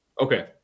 okay